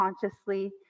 consciously